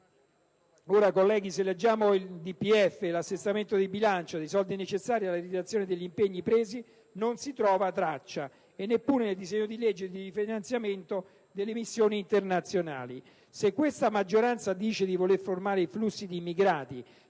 anni. Colleghi, se leggiamo il DPEF e l'assestamento di bilancio, dei soldi necessari per realizzare gli impegni presi non si trova traccia, e neppure nel disegno di rifinanziamento delle missioni internazionali. Se questa maggioranza afferma di voler fermare i flussi di immigrati